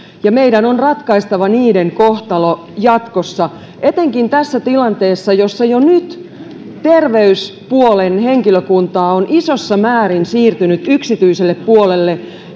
meidän on ratkaistava niiden kohtalo jatkossa etenkin tässä tilanteessa jossa jo nyt terveyspuolen henkilökuntaa on isossa määrin siirtynyt yksityiselle puolelle